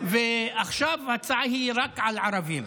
עכשיו ההצעה היא רק על חרדים.